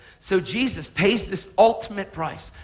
so jesus pays this ultimate price,